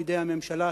בידי הממשלה,